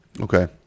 Okay